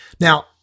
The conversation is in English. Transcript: Now